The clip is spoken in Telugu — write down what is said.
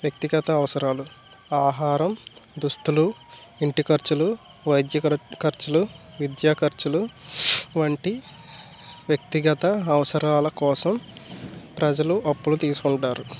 వ్యక్తిగత అవసరాలు ఆహారం దుస్తులు ఇంటి ఖర్చులు వైద్య ఖర్ ఖర్చులు విద్యా ఖర్చులు వంటి వ్యక్తిగత అవసరాల కోసం ప్రజలు అప్పులు తీసుకుంటారు